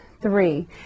three